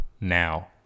now